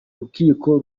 rukiko